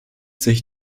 sich